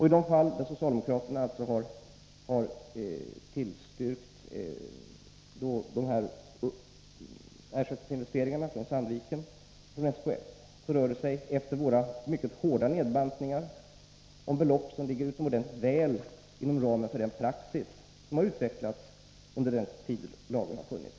I de fall då socialdemokraterna har tillstyrkt Sandvikens och SKF:s ersättningsinvesteringar rör det sig, efter våra mycket hårda nedbantningar, om belopp som ligger utomordentligt väl inom ramen för den praxis som har utvecklats under den tid lagen har funnits.